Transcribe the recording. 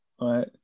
Right